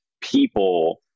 people